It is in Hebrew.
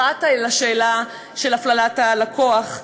פרט לשאלה של הפללת הלקוח,